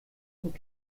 und